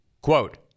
quote